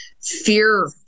fear